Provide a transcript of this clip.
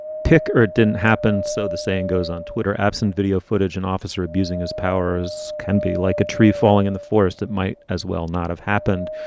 pick. or it didn't happen, so the saying goes on twitter. absent video footage and officer abusing his powers can be like a tree falling in the forest. it might as well not have happened.